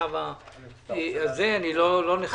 לא נחכה.